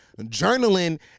journaling